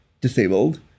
disabled